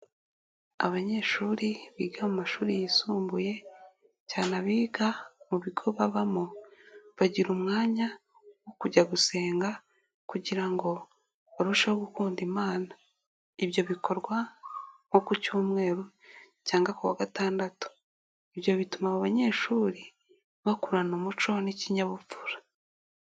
Abanyeshuri biga mu mashuri yisumbuye, cyane abiga mu bigo babamo bagira umwanya wo kujya gusenga kugira ngo barusheho gukunda imana, ibyo bikorwa nko ku cyumweru cyangwa kuwa gatandatu, ibyo bituma abo banyeshuri bakurana umuco n'ikinyabupfura.